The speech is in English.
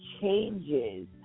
changes